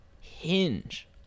hinge